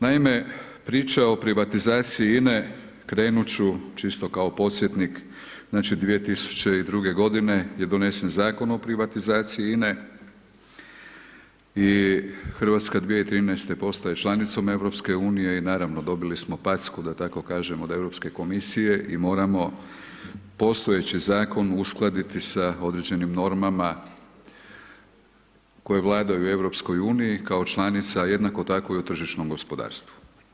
Naime, priča o privatizaciji INE krenut ću čisto kao podsjetnik znači 2002. je donesen Zakon o privatizaciji INE i Hrvatska 2013. postaje članicom EU i naravno dobili smo packu da tako kažem od Europske komisije i moramo postojeći zakon uskladiti sa određenim normama koje vladaju u EU, kao članica jednako tako i u tržišnom gospodarstvu.